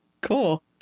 cool